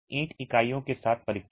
ईंट इकाइयों के साथ परीक्षण